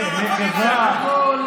תירגע.